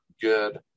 good